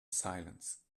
silence